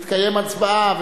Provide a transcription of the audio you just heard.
תתקיים הצבעה,